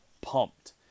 pumped